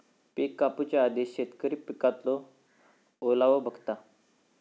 पिक कापूच्या आधी शेतकरी पिकातलो ओलावो बघता